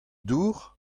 dour